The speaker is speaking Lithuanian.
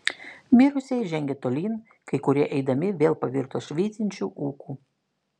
mirusieji žengė tolyn kai kurie eidami vėl pavirto švytinčiu ūku